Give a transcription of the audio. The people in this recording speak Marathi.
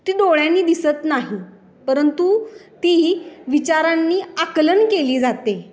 ती डोळ्यांनी दिसत नाही परंतु ती विचारांनी आकलन केली जाते